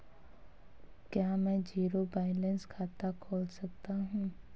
क्या मैं zero balance खाता खोल सकता हूँ?